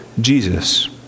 Jesus